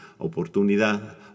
oportunidad